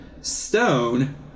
Stone